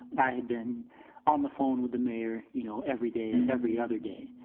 i had been on the phone with the mayor. you know, every day, every other day.